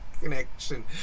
connection